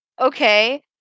okay